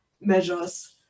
measures